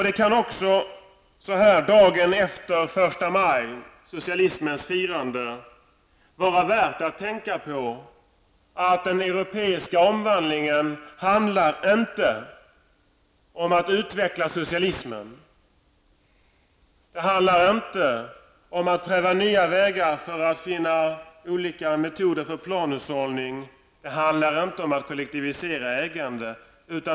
Det kan också så här dagen efter den 1 maj, socialismens firande, vara värt att tänka på att den europeiska omvandlingen inte handlar om att utveckla socialismen. Den handlar inte om att pröva nya vägar för att finna olika metoder för planhushållning. Den handlar inte om att kollektivisera ägandet.